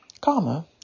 Karma